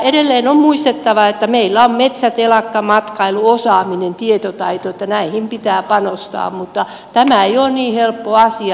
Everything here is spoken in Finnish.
edelleen on muistettava että meillä on metsä telakka matkailuosaaminen tietotaito että näihin pitää panostaa mutta tämä ei ole niin helppo asia